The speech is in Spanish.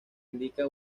indica